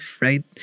right